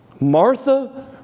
Martha